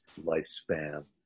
lifespan